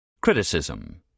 Criticism